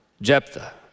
jephthah